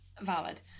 Valid